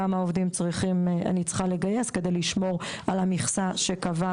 כמה עובדים אני צריכה לגייס כדי לשמור על המכסה שקבעה